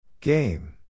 Game